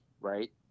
right